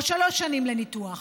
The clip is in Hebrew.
או שלוש שנים לניתוח,